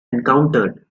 encountered